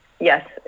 Yes